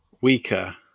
weaker